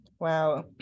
Wow